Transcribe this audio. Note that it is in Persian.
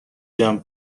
جمع